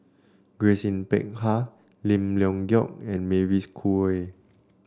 Grace Yin Peck Ha Lim Leong Geok and Mavis Khoo Oei